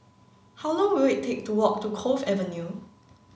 how long will it take to walk to Cove Avenue